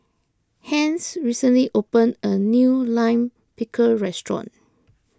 Hence recently opened a new Lime Pickle restaurant